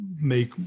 make